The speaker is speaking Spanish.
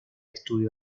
estudio